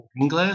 English